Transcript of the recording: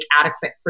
adequate